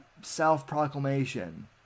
self-proclamation